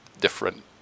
different